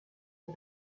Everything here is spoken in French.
est